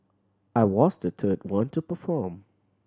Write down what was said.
I was the third one to perform